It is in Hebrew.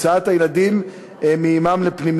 הוצאת הילדים לפנימיות,